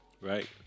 right